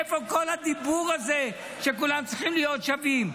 איפה כל הדיבור הזה שכולם צריכים להיות שווים?